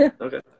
Okay